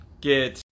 get